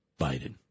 Biden